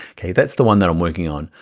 okay, that's the one that i'm working on.